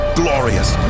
glorious